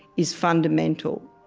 is fundamental.